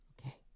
Okay